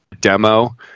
demo